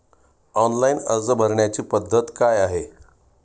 Online अर्ज भरण्याची पद्धत काय आहे?